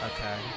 Okay